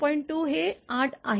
2 हे 8 आहे